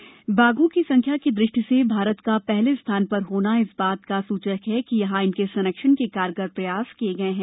विश्व बाघ दिवस बाघों की संख्या की दृष्टि से भारत का पहले स्थान पर होना इस बात का सूचक है कि यहां इनके संरक्षण के कारगर प्रयास किए गए हैं